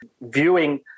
viewing